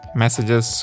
messages